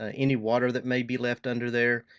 ah any water that may be left under there.